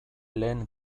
lehen